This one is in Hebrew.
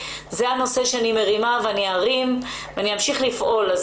זה הנושא שאני מרימה ואני ארים ואני אמשיך לפעול,